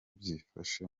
byifashe